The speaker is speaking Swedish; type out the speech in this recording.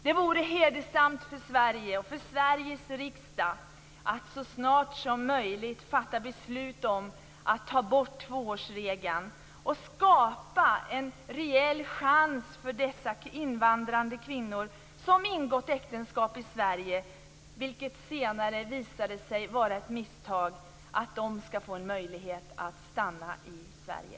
Det vore hedersamt för Sverige och för Sveriges riksdag om vi så snart som möjligt fattade beslut om att ta bort tvåårsregeln. Det skulle skapa en reell chans för de invandrade kvinnor som ingått äktenskap i Sverige, vilket senare visat sig vara ett misstag, att få stanna i Sverige.